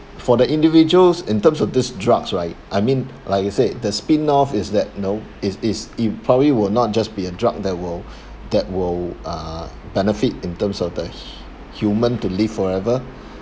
for the individuals in terms of this drugs right I mean like I said the spin off is that you know is is it probably will not just be a drug that will that will uh benefit in terms of the h~ human to live forever